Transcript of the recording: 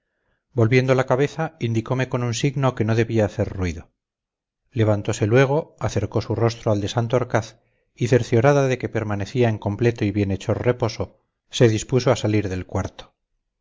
volviendo la cabeza indicome con un signo que no debía hacer ruido levantose luego acercó su rostro al de santorcaz y cerciorada de que permanecía en completo y bienhechor reposo se dispuso a salir del cuarto